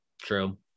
true